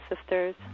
sisters